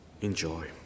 Enjoy